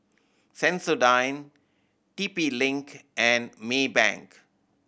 Sensodyne T P Link and Maybank